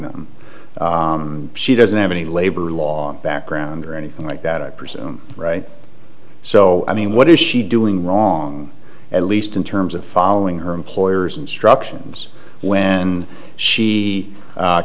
them she doesn't have any labor law background or anything like that i presume right so i mean what is she doing wrong at least in terms of following her employer's instructions when she